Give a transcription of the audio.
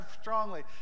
strongly